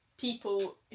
people